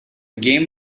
game